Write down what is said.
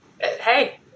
Hey